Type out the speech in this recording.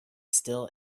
still